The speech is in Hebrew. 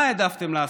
מה העדפתם לעשות?